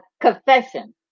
confession